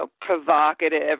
provocative